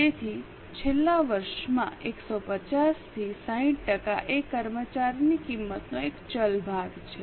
તેથી છેલ્લા વર્ષમાં 150 થી 60 ટકા એ કર્મચારીની કિંમતનો એક ચલ ભાગ છે